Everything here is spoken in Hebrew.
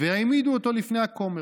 והעמידו אותו לפני הכומר.